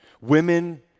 women